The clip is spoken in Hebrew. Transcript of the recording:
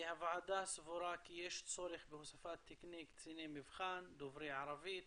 הוועדה סבורה כי יש צורך בהוספת תקני קציני מבחן דוברי ערבית